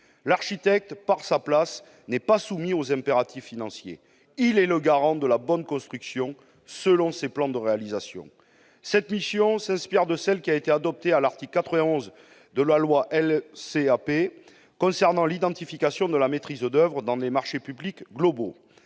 L'architecte, de par sa place, n'est pas soumis aux impératifs financiers. Il est le garant de la bonne construction selon ses plans de réalisation. Cette mission s'inspire de celle qui a été adoptée à l'article 91 de la loi dite « LCAP » concernant l'identification de la maîtrise d'oeuvre dans les marchés publics globaux.